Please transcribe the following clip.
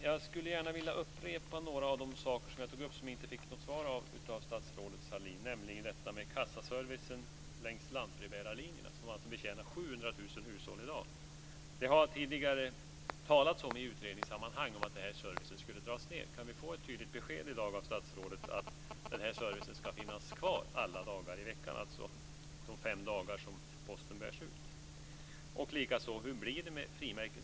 Jag skulle gärna vilja upprepa några av de frågor som jag tog upp och som jag inte fick något svar på av statsrådet Sahlin, nämligen detta med kassaservicen längs lantbrevbärarlinjerna, som alltså betjänar 700 000 hushåll i dag. Det har tidigare i utredningssammanhang talats om att den servicen skulle dras ned. Kan vi få ett tydligt besked av statsrådet i dag att den här servicen ska finnas kvar alla dagar i veckan, alltså de fem dagar som posten bärs ut? Och hur blir det med frimärkena?